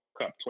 Cup